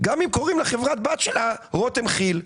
גם אם קוראים לחברה בת שלה רותם כי"ל?